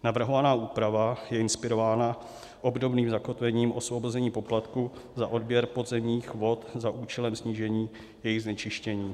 Navrhovaná úprava je inspirována obdobným zakotvením osvobození poplatků za odběr podzemních vod za účelem snížení jejich znečištění.